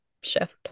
shift